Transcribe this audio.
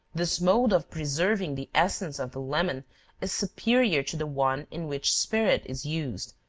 this mode of preserving the essence of the lemon is superior to the one in which spirit is used,